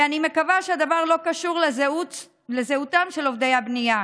ואני מקווה שהדבר לא קשור לזהותם של עובדי הבנייה,